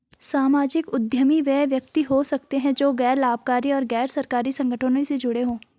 सामाजिक उद्यमी वे व्यक्ति हो सकते हैं जो गैर लाभकारी और गैर सरकारी संगठनों से जुड़े हों